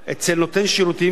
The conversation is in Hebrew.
אצל נותן שירותים,